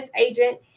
agent